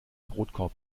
brotkorb